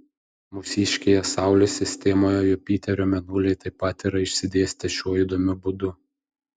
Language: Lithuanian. mūsiškėje saulės sistemoje jupiterio mėnuliai taip pat yra išsidėstę šiuo įdomiu būdu